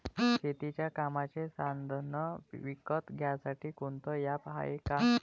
शेतीच्या कामाचे साधनं विकत घ्यासाठी कोनतं ॲप हाये का?